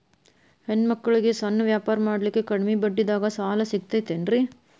ಹೆಣ್ಣ ಮಕ್ಕಳಿಗೆ ಸಣ್ಣ ವ್ಯಾಪಾರ ಮಾಡ್ಲಿಕ್ಕೆ ಕಡಿಮಿ ಬಡ್ಡಿದಾಗ ಸಾಲ ಸಿಗತೈತೇನ್ರಿ?